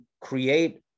create